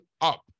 up